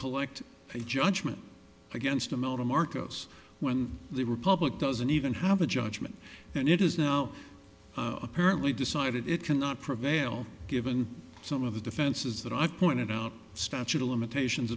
collect a judgment against him out of marcos when the republic doesn't even have a judgment and it is now apparently decided it cannot prevail given some of the defenses that i pointed out statute of limitations